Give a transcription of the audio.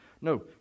No